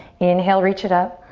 inhale, reach it up.